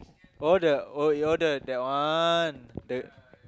oh the oh your the oh the that one the